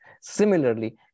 similarly